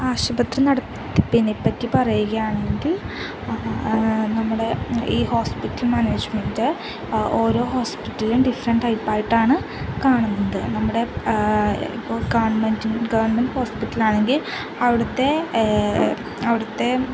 ആശുപത്രി നടത്തിപ്പിനെപ്പറ്റി പറയുകയാണെങ്കിൽ നമ്മുടെ ഈ ഹോസ്പിറ്റൽ മാനേജ്മെൻറ്റ് ഓരോ ഹോസ്പിറ്റലും ഡിഫറൻറ്റ് ടൈപ്പായിട്ടാണ് കാണുന്നത് നമ്മുടെ ഇപ്പോള് ഗവണ്മെൻറ്റ് ഗവണ്മെൻറ്റ് ഹോസ്പിറ്റലാണെങ്കില് അവിടുത്തെ